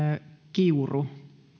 kiuru